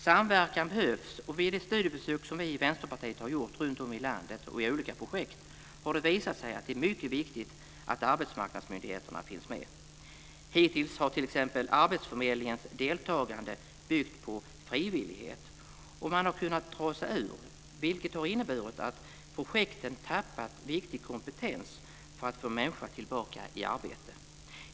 Samverkan behövs, och vid de studiebesök som vi i Vänsterpartiet har gjort runtom i landet och i olika projekt har det visat sig att det är mycket viktigt att arbetsmarknadsmyndigheterna finns med. Hittills har t.ex. arbetsförmedlingens deltagande byggt på frivillighet, och man har kunnat dra sig ur, vilket har inneburit att projekten tappat viktig kompetens för att få en människa tillbaka i arbete.